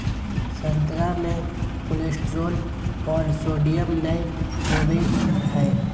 संतरा मे कोलेस्ट्रॉल और सोडियम नय होबय हइ